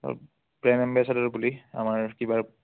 প্ৰেম এম্বেছডৰ বুলি আমাৰ কিবাৰ